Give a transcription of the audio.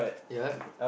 ya